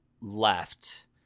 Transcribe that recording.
left